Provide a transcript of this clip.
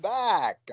back